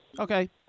Okay